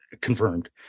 confirmed